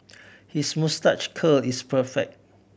his moustache curl is perfect